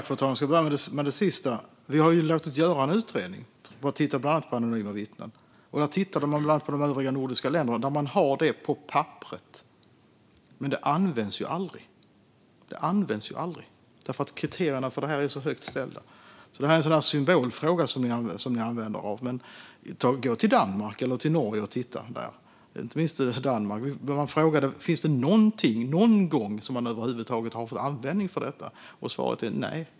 Fru talman! Jag börjar med det sista. Vi har låtit göra en utredning om bland annat anonyma vittnen. Man tittade då på de nordiska länder som har det på papperet, men där används det aldrig eftersom kraven är så högt ställda. Detta är en symbolfråga för er. Frågar man till exempel Danmark om de någon gång använt detta blir svaret nej.